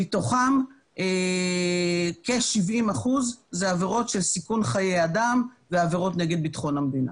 מתוכם כ-70% זה עבירות של סיכון חיי אדם ועבירות נגד ביטחון המדינה.